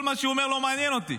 כל מה שהוא אומר לא מעניין אותי.